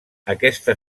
aquesta